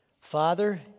Father